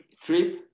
trip